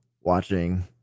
watching